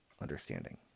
understanding